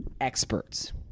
experts